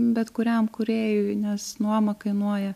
bet kuriam kūrėjui nes nuoma kainuoja